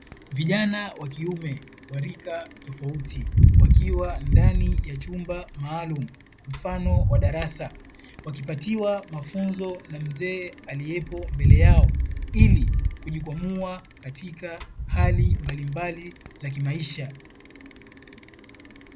Vijana wa kiume wa rika tofauti wakiwa ndani ya chumba maalumu mfano wa darasa, wakipatiwa mafunzo na mzee aliyepo mbele yao ili kujikwamua katika hali mbalimbali za kimaisha.